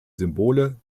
symbole